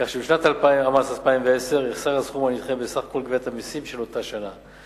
כך שבשנת המס 2010 יחסר הסכום הנדחה בסך כל גביית המסים של אותה שנה.